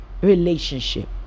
relationship